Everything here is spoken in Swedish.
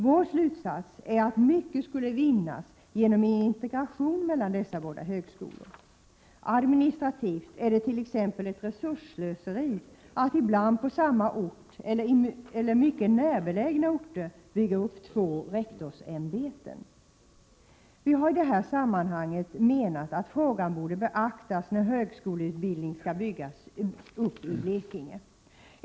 Vår slutsats är att mycket skulle vinnas genom en integration mellan dessa båda högskolor. Administrativt är det t.ex. ett resursslöseri att ibland på samma ort eller på mycket närbelägna orter bygga upp två rektorsämbeten. Vi hari detta sammanhang menat att frågan borde beaktas när högskoleutbildning skall byggas upp i Blekinge.